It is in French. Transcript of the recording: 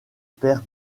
pères